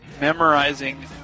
memorizing